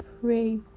pray